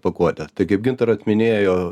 pakuotes taip kaip gintaras minėjo